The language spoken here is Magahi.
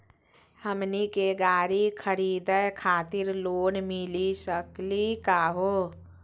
हमनी के गाड़ी खरीदै खातिर लोन मिली सकली का हो?